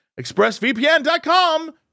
Expressvpn.com